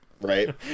Right